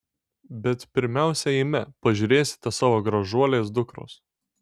bet pirmiausia eime pažiūrėsite savo gražuolės dukros